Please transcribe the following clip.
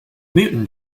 mutant